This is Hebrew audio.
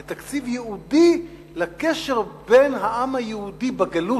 זה תקציב ייעודי לקשר עם העם היהודי בגולה,